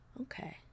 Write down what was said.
Okay